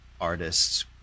artists